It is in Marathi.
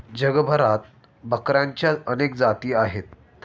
जगभरात बकऱ्यांच्या अनेक जाती आहेत